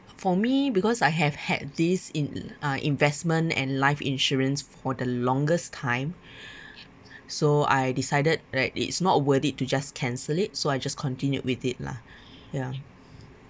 for me because I have had this in~ uh investment and life insurance for the longest time so I decided that it's not worth it to just cancel it so I just continue with it lah ya